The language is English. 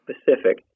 specific